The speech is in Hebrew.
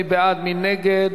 מי נגד?